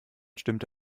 stimmte